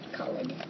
colored